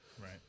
Right